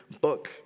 book